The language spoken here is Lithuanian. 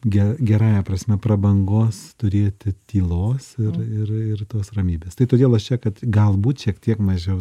ge gerąja prasme prabangos turėti tylos ir ir ir tos ramybės tai todėl aš čia kad galbūt šiek tiek mažiau